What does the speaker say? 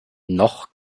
noch